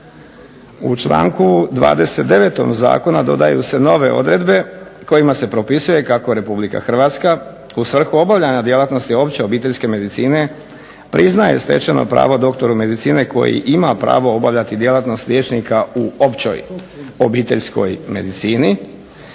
U članku 29. zakona dodaju se nove odredbe kojima se propisuje kako Republika Hrvatska u svrhu obavljanja djelatnosti opće obiteljske medicine priznaje stečeno pravo doktoru medicine koji ima pravo obavljati djelatnost liječnika u općoj obiteljskoj medicini.